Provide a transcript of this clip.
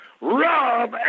Rob